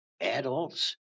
adults